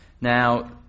Now